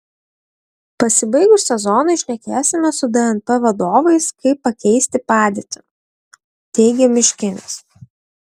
pasibaigus sezonui šnekėsime su dnp vadovais kaip pakeisti padėtį teigia miškinis